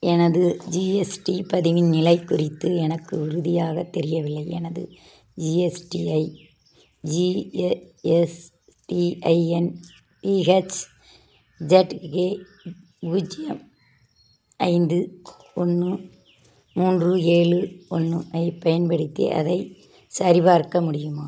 எனது ஜிஎஸ்டி பதிவின் நிலை குறித்து எனக்கு உறுதியாக தெரியவில்லை எனது ஜிஎஸ்டிஐ ஜிஎஎஸ்டிஐஎன்டிஹெச் இஜட்ஏ பூஜ்ஜியம் ஐந்து ஒன்று மூன்று ஏழு ஒன்று ஐப் பயன்படுத்தி அதைச் சரிபார்க்க முடியுமா